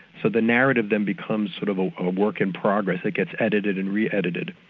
so the narrative then becomes sort of a work in progress, it gets edited and re-edited.